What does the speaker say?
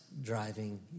driving